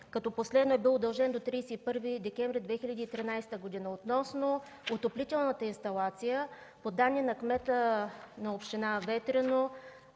Последно е бил удължен до 31 декември 2013 г. Относно отоплителната инсталация, по данни на кмета на община Ветрино,